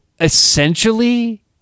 essentially